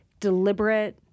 Deliberate